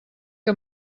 que